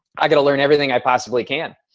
i got to learn everything i possibly can.